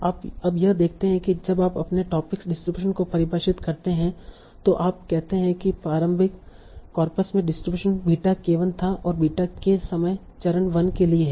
आप अब यह देखते हैं की जब आप अपने टोपिक डिस्ट्रीब्यूशन को परिभाषित करते हैं तो आप कहते हैं कि प्रारंभिक कॉर्पस में डिस्ट्रीब्यूशन बीटा k1 था और बीटा k समय चरण 1 के लिए है